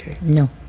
No